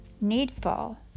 needful